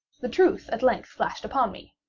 the truth at length flashed upon me.